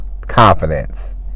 confidence